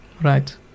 Right